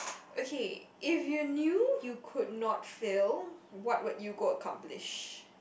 okay if you knew you could not fail what would you go accomplish